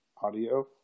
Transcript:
audio